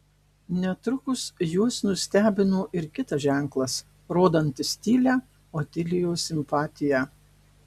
netrukus juos nustebino ir kitas ženklas rodantis tylią otilijos simpatiją